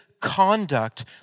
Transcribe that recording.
conduct